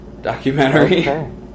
documentary